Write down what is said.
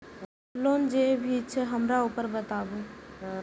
Loan जे भी छे हमरा ऊपर बताबू?